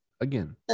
Again